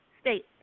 state